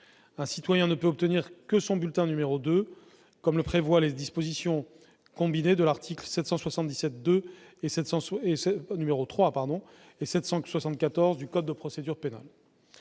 Un citoyen ne peut obtenir que son bulletin n° 3, comme le prévoient les dispositions combinées des articles 777-2 et 774 du code de procédure pénale.